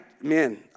man